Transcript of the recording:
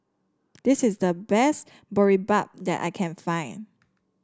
this is the best Boribap that I can find